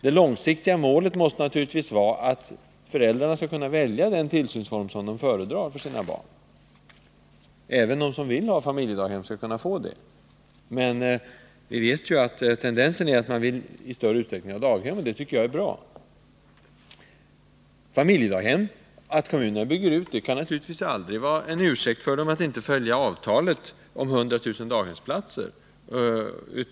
Det långsiktiga målet måste vara att föräldrarna skall kunna välja den tillsynsform de föredrar för sina barn. Även de som vill ha familjedaghem skall kunna få det. Men vi vet att allt fler vill ha plats på daghem, vilket jag tycker är bra. Att kommunerna bygger ut familjedaghemmen kan naturligtvis aldrig vara en ursäkt för dem att inte följa avtalet om 100 000 daghemsplatser.